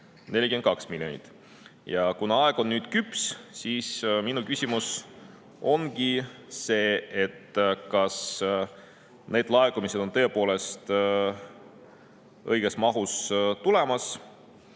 42 miljonit. Kuna aeg on nüüd küps, siis minu küsimus ongi see: kas need laekumised on tõepoolest selles mahus tulemas?